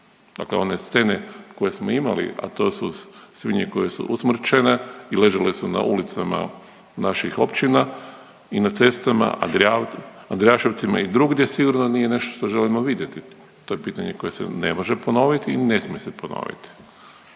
Dakle one scene koje smo mi imali, a to su svinje koje su usmrćene i ležale su na ulicama naših općina i na cestama Andrijaševcima i drugdje sigurno nije nešto što želimo vidjeti. To je pitanje koje se ne može ponoviti i ne smije se ponoviti.